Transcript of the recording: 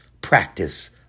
practice